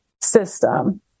system